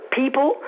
people